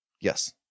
Yes